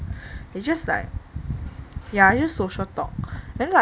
it's just like ya he just social talk